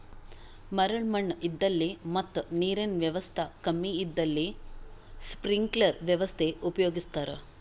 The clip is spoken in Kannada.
ಮರಳ್ ಮಣ್ಣ್ ಇದ್ದಲ್ಲಿ ಮತ್ ನೀರಿನ್ ವ್ಯವಸ್ತಾ ಕಮ್ಮಿ ಇದ್ದಲ್ಲಿ ಸ್ಪ್ರಿಂಕ್ಲರ್ ವ್ಯವಸ್ಥೆ ಉಪಯೋಗಿಸ್ತಾರಾ